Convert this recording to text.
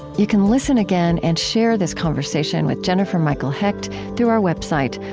you can listen again and share this conversation with jennifer michael hecht through our website,